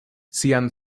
sian